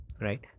right